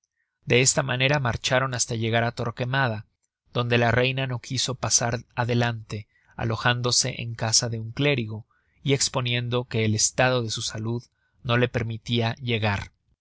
de esta manera marcharon hasta llegar á torquemada donde la reina no quiso pasar adelante alojándose en casa de un clérigo y esponiendo que el estado de su salud no la permitia